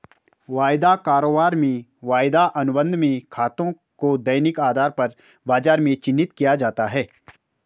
वायदा कारोबार में वायदा अनुबंध में खातों को दैनिक आधार पर बाजार में चिन्हित किया जाता है